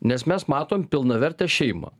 nes mes matom pilnavertę šeimą